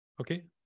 Okay